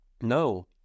No